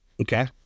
Okay